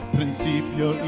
Principio